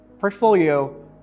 portfolio